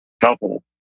couple